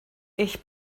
ich